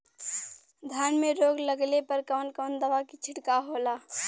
धान में रोग लगले पर कवन कवन दवा के छिड़काव होला?